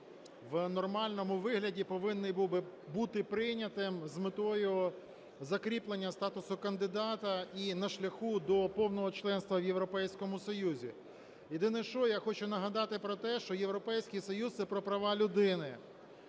в нормальному вигляді повинен був би бути прийнятий з метою закріплення статусу кандидата і на шляху до повного членства в Європейському Союзі. Єдине що, я хочу нагадати про те, що Європейський Союз - це про права людини,